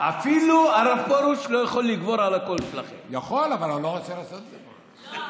אפילו הרב פרוש לא יכול לגבור על הקול שלך.